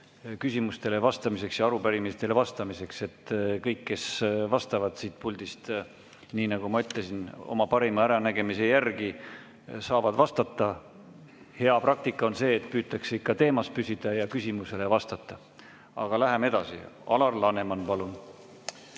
küsimustele vastamiseks ja arupärimistele vastamiseks. Kõik, kes vastavad siit puldist, nii nagu ma ütlesin, saavad vastata oma parima äranägemise järgi. Hea praktika on küll see, et püütakse ikka teemas püsida ja küsimusele vastata. Aga lähme edasi. Alar Laneman, palun!